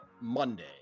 Monday